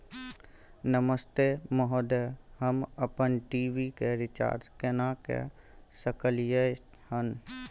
नमस्ते महोदय, हम अपन टी.वी के रिचार्ज केना के सकलियै हन?